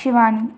Shivani